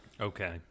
Okay